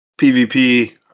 PvP